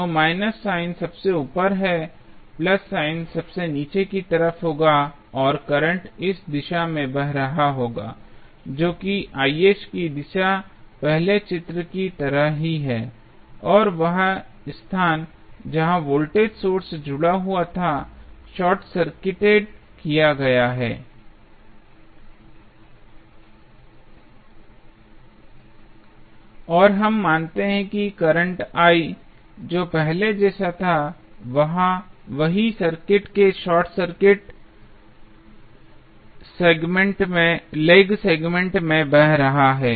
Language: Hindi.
तो माइनस साइन सबसे ऊपर है प्लस साइन नीचे की तरफ होगा और करंट इस दिशा में बह रहा होगा जो कि की दिशा पहले चित्र की तरह ही है और वह स्थान जहां वोल्टेज सोर्स जुड़ा था शॉर्ट सर्किट ेड किया गया है और हम मानते हैं कि करंट I जो पहले जैसा था वही सर्किट के शॉर्ट सर्किट लेग सेगमेंट में बह रहा है